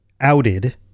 outed